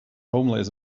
homeless